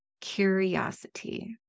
curiosity